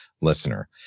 listener